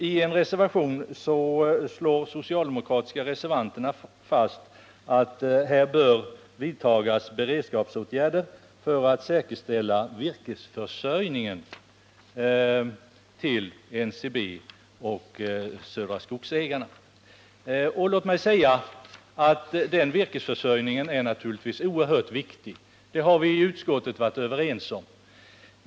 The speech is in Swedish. I en reservation slår de socialdemokratiska reservanterna fast att det bör vidtas beredskapsåtgärder för att man skall kunna säkerställa virkesförsörjningen till NCB och Södra Skogsägarna. Den virkesförsörjningen är naturligtvis oerhört viktig, och det har vi varit överens om i utskottet.